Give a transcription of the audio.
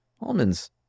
Almonds